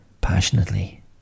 passionately